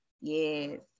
Yes